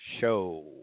Show